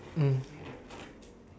mm